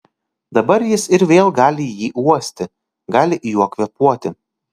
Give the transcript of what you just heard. dabar jis ir vėl gali jį uosti gali juo kvėpuoti